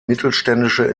mittelständische